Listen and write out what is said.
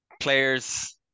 players